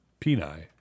Peni